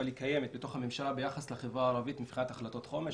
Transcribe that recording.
אבל היא קיימת בתוך הממשלה ביחס לחברה הערבית מבחינת החלטות חומש.